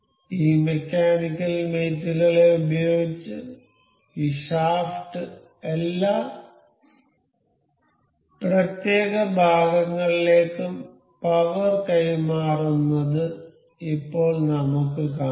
ഈ mechanical mate കളെ ഉപയോഗിച്ച് ഈ ഷാഫ്റ്റ് എല്ലാ പ്രത്യേക ഭാഗങ്ങളിലേക്കും പവർ കൈമാറുന്നത് ഇപ്പോൾ നമുക്ക് കാണാം